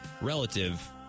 relative